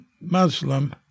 Muslim